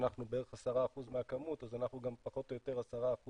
אנחנו בערך 10% מהכמות אז אנחנו גם פחות או יותר 10%